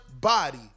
body